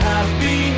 Happy